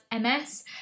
ms